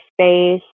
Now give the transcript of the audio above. space